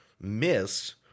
Miss